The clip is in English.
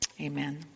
Amen